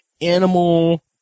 animal